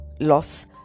loss